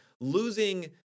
losing